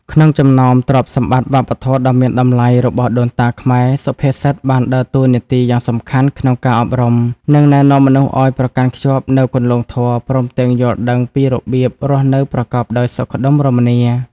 ក្នុងចំណោមទ្រព្យសម្បត្តិវប្បធម៌ដ៏មានតម្លៃរបស់ដូនតាខ្មែរ សុភាសិតបានដើរតួនាទីយ៉ាងសំខាន់ក្នុងការអប់រំ និងណែនាំមនុស្សឲ្យប្រកាន់ខ្ជាប់នូវគន្លងធម៌ ព្រមទាំងយល់ដឹងពីរបៀបរស់នៅប្រកបដោយសុខដុមរមនា។